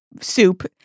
soup